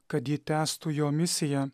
kad ji tęstų jo misiją